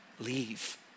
Leave